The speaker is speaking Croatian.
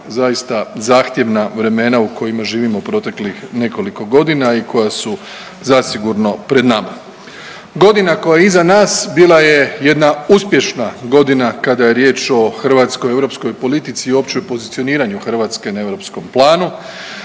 zaista zahtjevna vremena u kojima živimo proteklih nekoliko godina i koja su zasigurno pred nama. Godina koja je iza nas bila je jedna uspješna godina kada je riječ o hrvatskoj europskoj politici i uopće pozicioniranju Hrvatske na europskom planu.